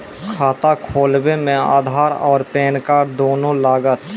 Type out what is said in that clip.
खाता खोलबे मे आधार और पेन कार्ड दोनों लागत?